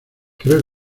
creo